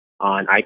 on